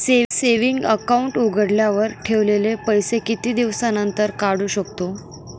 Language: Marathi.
सेविंग अकाउंट उघडल्यावर ठेवलेले पैसे किती दिवसानंतर काढू शकतो?